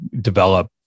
develop